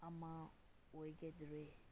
ꯑꯃ ꯑꯣꯏꯒꯗꯧꯔꯦ